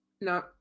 No